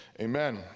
Amen